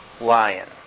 lion